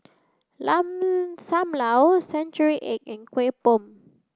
Sam Lau century egg and Kueh Bom